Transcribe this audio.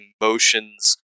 emotions